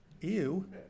Ew